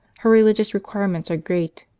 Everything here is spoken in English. her religious requirements are great,